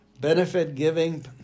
benefit-giving